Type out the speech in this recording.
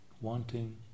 Wanting